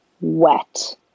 wet